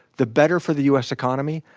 the better for the u s. economy,